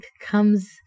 comes